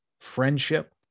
friendship